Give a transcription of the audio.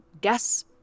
guess